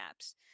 apps